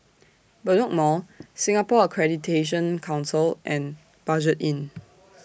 Bedok Mall Singapore Accreditation Council and Budget Inn